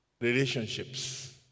relationships